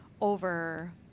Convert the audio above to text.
over